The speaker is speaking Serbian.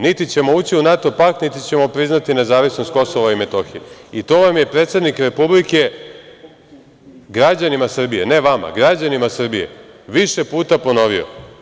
Niti ćemo ući u NATO pakt, niti ćemo priznati nezavisnost Kosova i Metohije i to vam je predsednik Republike, građanima Srbije, ne vama, građanima Srbije, više puta ponovio.